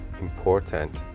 important